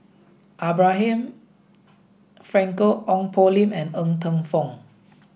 Abraham Frankel Ong Poh Lim and Ng Teng Fong